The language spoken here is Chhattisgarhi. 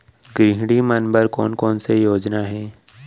गृहिणी मन बर कोन कोन से योजना हे?